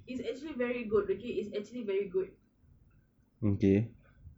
it's actually very good ricky it's actually very good